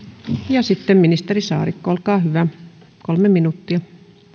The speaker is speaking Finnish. ja sitten ministeri saarikko olkaa hyvä kolme minuuttia